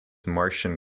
martian